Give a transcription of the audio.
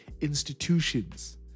Institutions